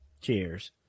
Cheers